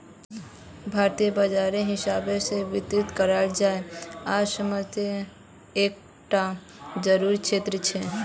भारतीय बाजारेर हिसाब से वित्तिय करिएर आज कार समयेत एक टा ज़रूरी क्षेत्र छे